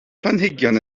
planhigion